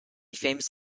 famous